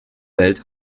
welt